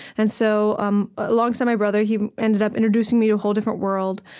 and so um alongside my brother, he ended up introducing me to a whole different world.